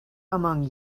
among